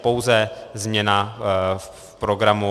Pouze změna v programu...